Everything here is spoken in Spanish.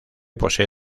posee